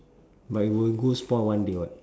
but it will go spoil one day [what]